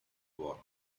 war